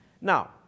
Now